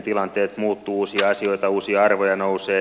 tilanteet muuttuvat uusia asioita uusia arvoja nousee